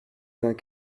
vingt